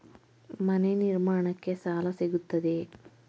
ಮನೆ ನಿರ್ಮಾಣಕ್ಕೆ ಸಾಲ ಸಿಗುತ್ತದೆಯೇ?